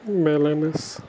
balance